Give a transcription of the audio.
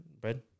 Bread